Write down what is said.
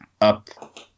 up